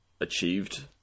achieved